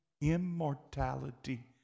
immortality